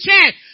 check